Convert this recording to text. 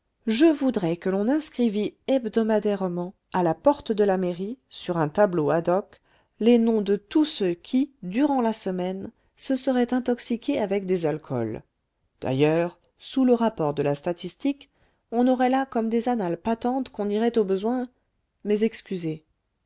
je voudrais que l'on inscrivît hebdomadairement à la porte de la mairie sur un tableau ad hoc les noms de tous ceux qui durant la semaine se seraient intoxiqués avec des alcools d'ailleurs sous le rapport de la statistique on aurait là comme des annales patentes qu'on irait au besoin mais excusez